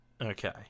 Okay